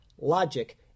logic